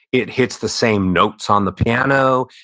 it hits the same notes on the piano.